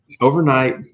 overnight